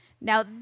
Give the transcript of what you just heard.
Now